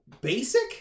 basic